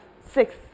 six